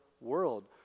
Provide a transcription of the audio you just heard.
world